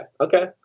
Okay